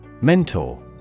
Mentor